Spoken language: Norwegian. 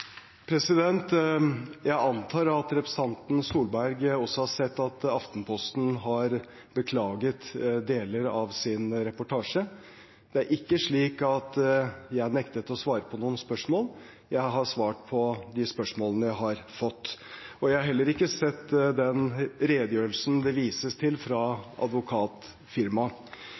Jeg antar at representanten Tvedt Solberg også har sett at Aftenposten har beklaget deler av sin reportasje. Det er ikke slik at jeg nektet å svare på noen spørsmål. Jeg har svart på de spørsmålene jeg har fått. Jeg har heller ikke sett den redegjørelsen det vises til fra advokatfirmaet.